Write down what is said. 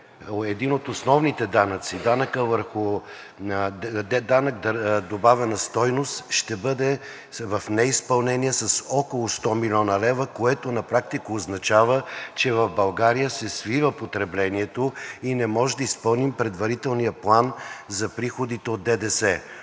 един от основните данъци – данък добавена стойност, ще бъде в неизпълнение с около 100 млн. лв., което на практика означава, че в България се свива потреблението и не може да изпълним предварителния план за приходите от ДДС.